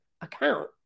account